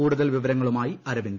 കൂടുതൽ വിവരങ്ങളുമായി അരവിന്ദ്